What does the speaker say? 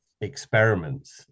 experiments